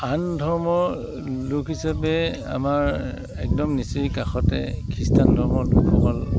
আন ধৰ্মৰ লোক হিচাপে আমাৰ একদম নিচেই কাষতে খ্ৰীষ্টান ধৰ্মৰ লোকসকল